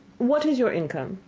what is your income?